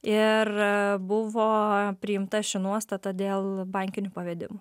ir buvo priimta ši nuostata dėl bankinių pavedimų